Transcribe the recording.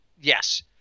Yes